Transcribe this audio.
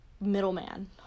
middleman